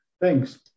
Thanks